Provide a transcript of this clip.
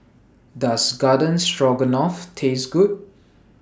Does Garden Stroganoff Taste Good